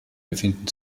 befinden